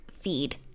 feed